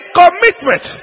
commitment